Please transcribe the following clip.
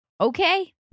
Okay